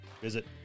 Visit